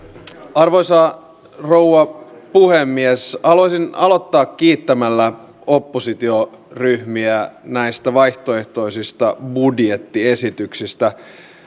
arvoisa rouva puhemies haluaisin aloittaa kiittämällä oppositioryhmiä näistä vaihtoehtoisista budjettiesityksistä